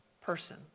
person